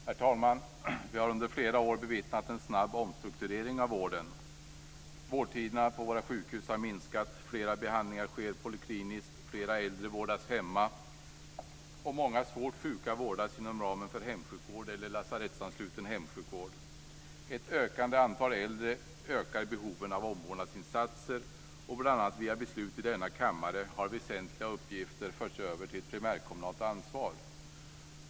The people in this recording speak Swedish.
Herr talman! Vi har under flera år bevittnat en snabb omstrukturering av vården. Vårdtiderna på våra sjukhus har minskat, fler behandlingar sker polikliniskt, fler äldre vårdas hemma och många svårt sjuka vårdas inom ramen för hemsjukvård eller lasarettsansluten hemsjukvård. Ett ökande antal äldre ökar behovet av omvårdnadsinsatser. Bl.a. via beslut i denna kammare har väsentliga uppgifter förts över till primärkommunalt ansvar.